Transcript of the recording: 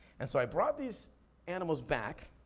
and so i brought these animals back